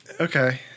Okay